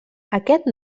aquest